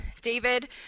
David